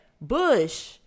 Bush